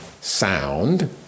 Sound